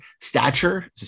stature